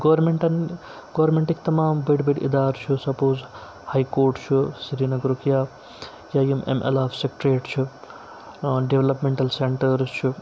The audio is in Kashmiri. گورمِنٹَن گورمنٹٕکۍ تمام بٔڑۍ بٔڑۍ اِدارٕ چھُ سَپوز ہاے کورٹ چھُ سرینَگرُک یا یا یِم امہِ علاو سکٹریٹ چھُ ڈولَپمٮ۪نٹَل سینٹٲرٕس چھُ